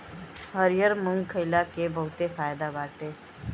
हरिहर मुंग खईला के बहुते फायदा बाटे